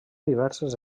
diverses